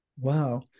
Wow